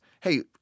Hey